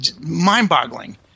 mind-boggling